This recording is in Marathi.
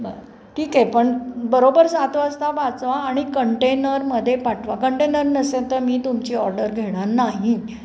बरं ठीक आहे पण बरोबर सात वाजता पाठवा आणि कंटेनरमध्ये पाठवा कंटेनर नसेल तर मी तुमची ऑर्डर घेणार नाही